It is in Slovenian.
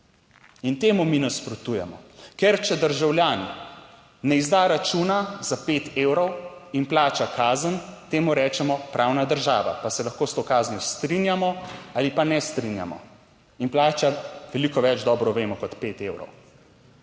In temu mi nasprotujemo. Ker če državljan ne izda računa za 5 evrov in plača kazen, temu rečemo pravna država, pa se lahko s to kaznijo strinjamo ali pa ne strinjamo in plača veliko več, dobro vemo, kot 5 evrov.